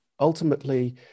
Ultimately